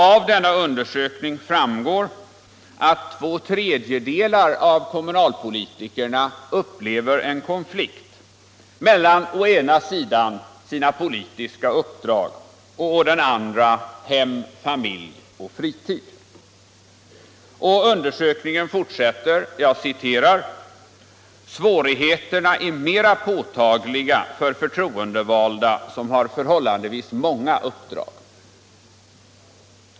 Av denna undersökning framgår att två tredjedelar av kommunalpolitikerna upplever en konflikt mellan å ena sidan sina politiska uppdrag och å andra sidan hem, familj och fritid. Undersökningen skriver: ”Svårigheterna är mera påtagliga för förtroendevalda som har förhållandevis många uppdrag”.